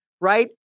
right